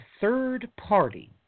third-party